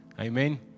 Amen